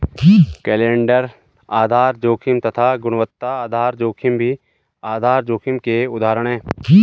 calendar आधार जोखिम तथा गुणवत्ता आधार जोखिम भी आधार जोखिम के उदाहरण है